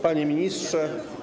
Panie Ministrze!